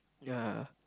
ya